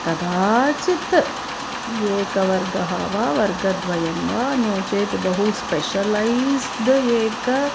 कदाचित् एकवर्गः वा वर्गद्वयं वा नो चेत् बहु स्पेशलैस्ड् एकः